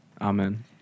Amen